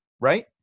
Right